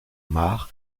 mar